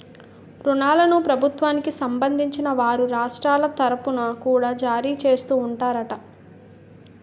ఋణాలను ప్రభుత్వానికి సంబంధించిన వారు రాష్ట్రాల తరుపున కూడా జారీ చేస్తూ ఉంటారట